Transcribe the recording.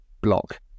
block